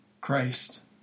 Christ